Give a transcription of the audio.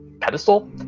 pedestal